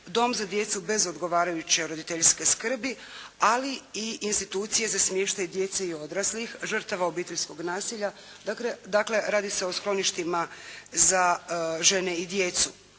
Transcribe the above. Dom za djecu bez odgovarajuće roditeljske skrbi, ali i institucije za smještaj djece i odraslih žrtava obiteljskog nasilja. Dakle radi se o skloništima za žene i djecu,